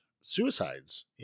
suicides